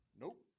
nope